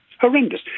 Horrendous